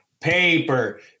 paper